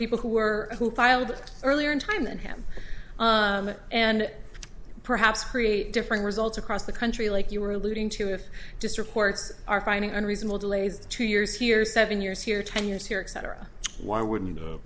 people who are who filed earlier in time and him and perhaps create different results across the country like you were alluding to if just reports are finding unreasonable delays two years here seven years here ten years here exciter why wouldn't